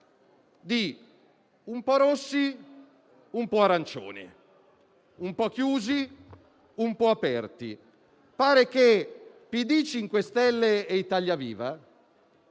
idea un po' rossi, un po' arancioni; un po' chiusi, un po' aperti. Pare che PD, MoVimento 5 Stelle e Italia Viva,